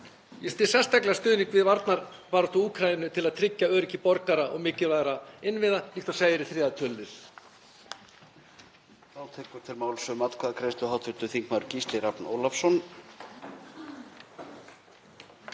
Ég styð sérstaklega stuðning við varnarbaráttu Úkraínu til að tryggja öryggi borgara og mikilvægra innviða, líkt og segir í 3. tölulið.